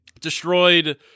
destroyed